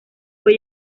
fue